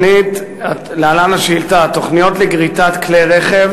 להלן השאילתה: תוכניות לגריטת כלי רכב